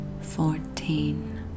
fourteen